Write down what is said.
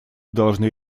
должны